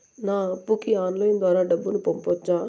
నా అప్పుకి ఆన్లైన్ ద్వారా డబ్బును పంపొచ్చా